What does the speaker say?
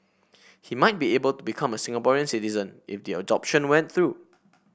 he might be able to become a Singapore citizen if the adoption went through